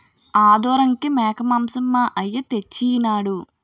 ఆదోరంకి మేకమాంసం మా అయ్య తెచ్చెయినాడు